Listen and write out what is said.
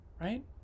right